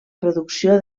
producció